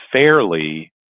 fairly